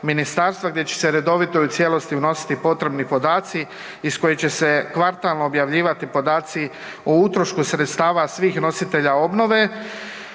gdje će se redovito i u cijelosti unositi potrebni podaci iz kojih će se kvartalno objavljivati podaci o utrošku sredstava svih nositelja obnove.